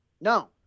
No